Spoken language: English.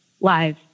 live